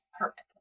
perfect